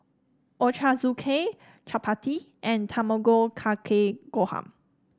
Ochazuke Chapati and Tamago Kake Gohan